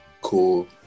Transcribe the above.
cool